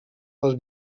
els